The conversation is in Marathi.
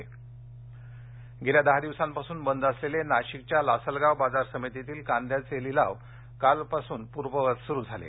कांदा नाशिक गेल्या दहा दिवसांपासून बंद असलेले नाशिकच्या लासलगाव बाजार समितीतील कांद्याचे लिलाव कालपासून पूर्ववत सुरू झाले